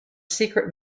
secret